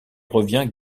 revient